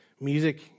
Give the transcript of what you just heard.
Music